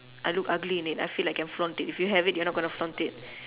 I look ugly in it I feel like I flaunt it if you have it you're not gonna flaunt it